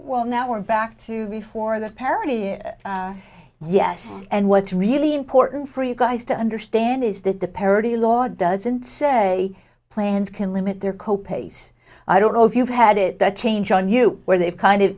well now we're back to before this parity yes and what's really important for you guys to understand is that the parity law doesn't say plans can limit their co pays i don't know if you've had it that change on you where they've kind of